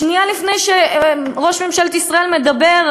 שנייה לפני שראש ממשלת ישראל מדבר,